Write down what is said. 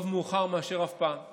טוב מאוחר מאשר אף פעם.